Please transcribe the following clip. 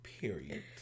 Period